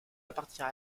appartient